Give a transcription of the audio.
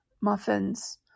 muffins